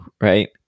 right